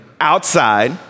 outside